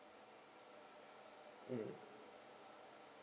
mm